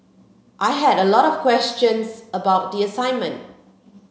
I had a lot of questions about the assignment